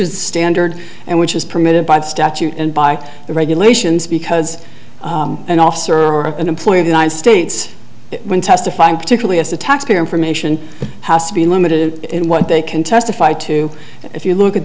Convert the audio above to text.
is standard and which is permitted by statute and by the regulations because an officer of an employee of united states when testifying particularly as a taxpayer information has to be limited in what they can testify to if you look at